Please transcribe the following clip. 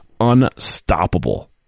unstoppable